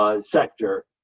sector